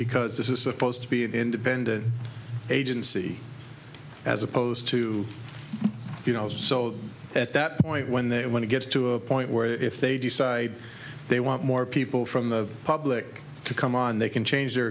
because this is supposed to be an independent agency as opposed to you know so at that point when they want to get to a point where if they decide they want more people from the public to come on they can change